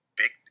big